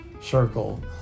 circle